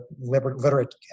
literate